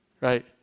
right